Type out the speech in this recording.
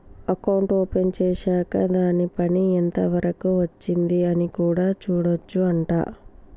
account open చేశాక్ దాని పని ఎంత వరకు వచ్చింది అని కూడా చూడొచ్చు అంట